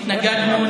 התנגדנו,